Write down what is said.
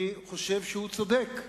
אני חושב שהוא צודק.